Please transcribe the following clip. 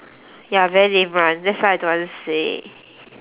ya very lame [one] that's why I don't want to say